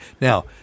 Now